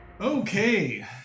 Okay